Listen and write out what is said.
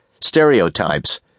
stereotypes